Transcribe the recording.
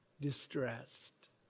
distressed